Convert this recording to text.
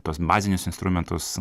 tuos bazinius instrumentus